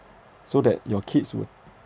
so that your kids would